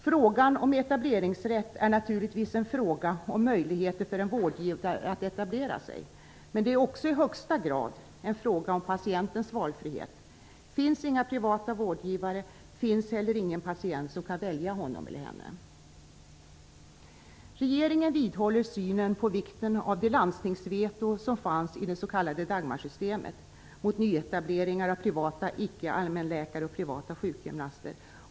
Frågan om etableringsrätt är naturligtvis en fråga om möjligheter för en vårdgivare att etablera sig, men det är också i högsta grad en fråga om patientens valfrihet. Finns inga privata vårdgivare finns heller ingen patient som kan välja honom eller henne. Regeringen vidhåller synen på vikten av det landstingsveto som fanns i det s.k. Dagmarsystemet mot nyetableringar av privata icke-allmänläkare och privata sjukgymnaster.